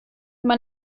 man